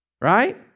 right